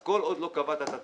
כל עוד לא קבעת את התקנות,